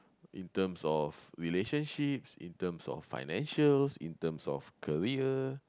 in terms of relationships in terms of financials in terms of career